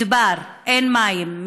מדבר, אין מים.